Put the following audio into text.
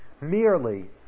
merely